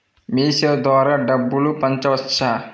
మీసేవ ద్వారా డబ్బు పంపవచ్చా?